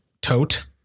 tote